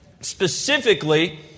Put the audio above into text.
Specifically